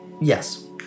yes